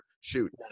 Shoot